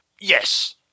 yes